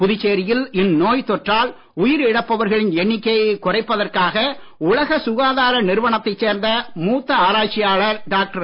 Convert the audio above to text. புதுச்சேரியில் இந்நோய் தொற்றால் உயிர் இழப்பவர்களின் எண்ணிக்கையைக் குறைப்பதற்காக உலக சுகாதார நிறுவனத்தைச் சேர்ந்த சமூத்த ஆராய்ச்சியாளர் டாக்டர்